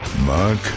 Mark